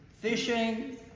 fishing